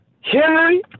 Henry